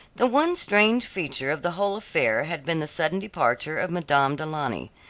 the one strange feature of the whole affair had been the sudden departure of madame du launy.